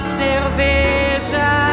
cerveja